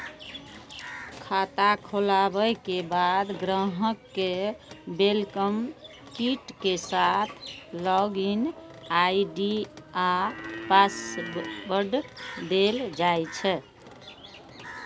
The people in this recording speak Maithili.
खाता खोलाबे के बाद ग्राहक कें वेलकम किट के साथ लॉग इन आई.डी आ पासवर्ड देल जाइ छै